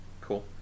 Cool